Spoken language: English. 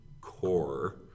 core